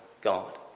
God